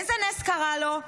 איזה נס קרה לו,